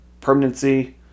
permanency